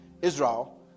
Israel